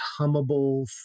hummable